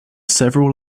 several